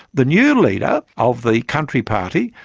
the new leader of the country party,